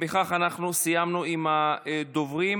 חבר הכנסת איימן עודה, אינו נוכח,